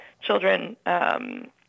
children